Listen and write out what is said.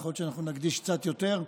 יכול להיות שאנחנו נקדיש קצת יותר,